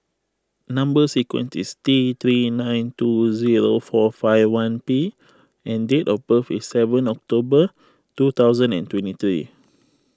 Number Sequence is T three nine two zero four five one P and date of birth is seven October two thousand and twenty three